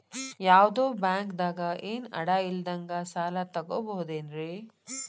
ಯಾವ್ದೋ ಬ್ಯಾಂಕ್ ದಾಗ ಏನು ಅಡ ಇಲ್ಲದಂಗ ಸಾಲ ತಗೋಬಹುದೇನ್ರಿ?